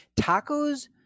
Tacos